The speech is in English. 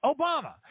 Obama